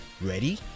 Ready